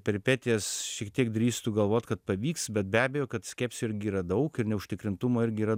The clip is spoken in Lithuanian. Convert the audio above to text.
peripetijas šiek tiek drįstu galvot kad pavyks bet be abejo kad skepsio irgi yra daug ir neužtikrintumo irgi yra